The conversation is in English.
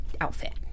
Outfit